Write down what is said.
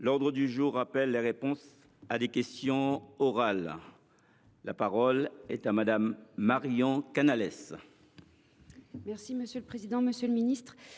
L’ordre du jour appelle les réponses à des questions orales. La parole est à Mme Marion Canalès,